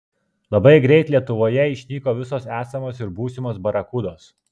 labai greit lietuvoje išnyko visos esamos ir būsimos barakudos